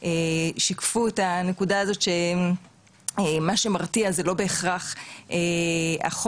שיקפו את הנקודה הזו שמה שמרתיע זה לא בהכרח החוק,